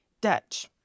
Dutch